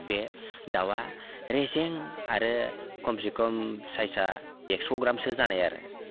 बे दाउआ रेजें आरो कमसेकम साइजआ एक्स'ग्रामसो जानाय आरो